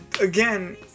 again